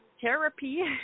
therapy